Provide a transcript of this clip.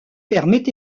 permet